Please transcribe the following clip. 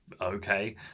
okay